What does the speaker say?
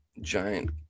giant